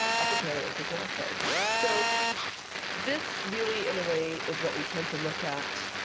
upper paleolithic rock art so this really, in a way, is what we tend to look at,